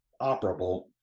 operable